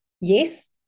Yes